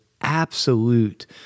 absolute